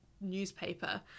newspaper